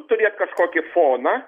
turėt kažkokį foną